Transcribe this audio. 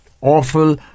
awful